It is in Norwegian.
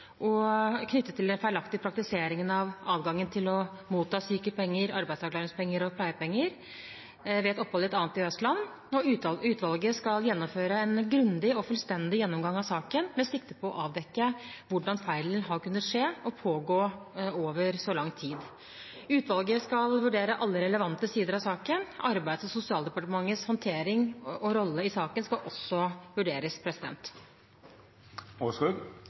knyttet til den feilaktige praktiseringen av adgangen til å motta sykepenger, arbeidsavklaringspenger og pleiepenger ved opphold i et annet EØS-land. Utvalget skal gjennomføre en grundig og fullstendig gjennomgang av saken, med sikte på å avdekke hvordan feilen har kunnet skje og pågå over så lang tid. Utvalget skal vurdere alle relevante sider av saken. Arbeids- og sosialdepartementets håndtering og rolle i saken skal også vurderes.